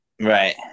right